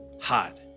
hot